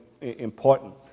important